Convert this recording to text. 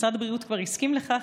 משרד הבריאות כבר הסכים לכך.